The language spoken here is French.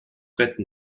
prête